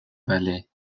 vallée